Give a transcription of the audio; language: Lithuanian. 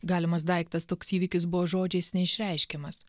galimas daiktas toks įvykis buvo žodžiais neišreiškiamas